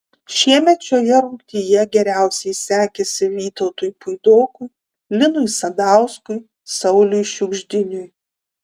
šiemet šioje rungtyje geriausiai sekėsi vytautui puidokui linui sadauskui sauliui šiugždiniui